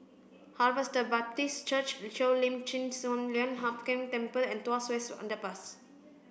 Harvester Baptist Church Cheo Lim Chin Sun Lian Hup Keng Temple and Tuas West Underpass